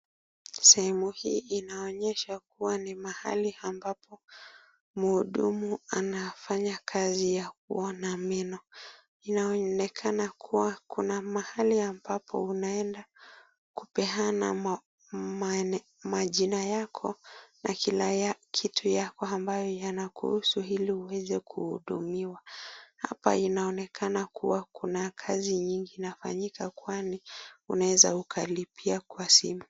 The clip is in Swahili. Sehemu hii inaonyesha kuwa ni mahali ambapo mhudumu anafanya kazi ya kuona meno. Inaonyesha kuwa kuna mahali ambapo unaenda kupeana majina yako na kila kitu chako ambayo yanakuhusu ili uweze kuhudumiwa. Hapa inaonekana kuwa kuna kazi nyingi inafanyika kwani unaweza ukalipia kwa simu.